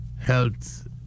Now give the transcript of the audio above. Health